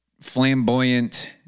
flamboyant